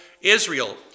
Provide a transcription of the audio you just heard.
Israel